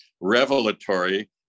revelatory